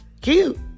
Cute